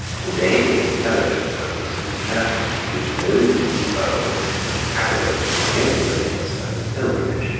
the daily intelligencer was determined to give no loophole for cavil at the genuineness of its pilgrimage,